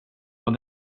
och